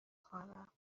خوانم